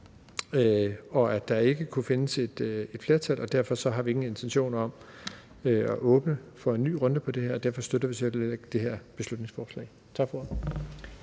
og at der ikke kunne findes et flertal. Derfor har vi ingen intentioner om at åbne for en ny runde, og derfor støtter vi heller ikke det her beslutningsforslag. Tak for